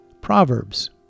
Proverbs